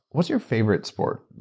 what's your favorite sport,